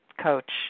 coach